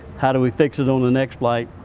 how do we fix it on the next flight?